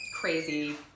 crazy